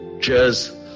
Cheers